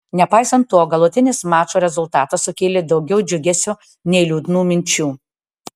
nepaisant to galutinis mačo rezultatas sukėlė daugiau džiugesio nei liūdnų minčių